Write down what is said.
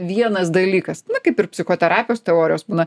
vienas dalykas na kaip ir psichoterapijos teorijos būna